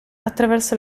attraverso